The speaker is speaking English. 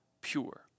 pure